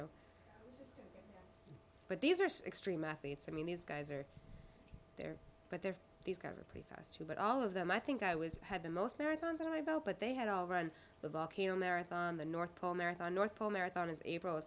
know but these are extreme athletes i mean these guys are there but they're these covered pretty fast too but all of them i think i was had the most marathons and i bow but they had all run the volcano marathon the north pole marathon north pole marathon is april